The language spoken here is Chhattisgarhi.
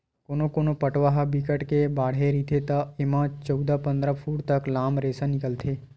कोनो कोनो पटवा ह बिकट के बाड़हे रहिथे त एमा चउदा, पंदरा फूट तक लाम रेसा निकलथे